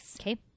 Okay